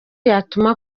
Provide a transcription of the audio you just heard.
yatuma